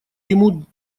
ему